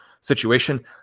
situation